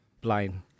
blind